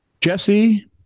Jesse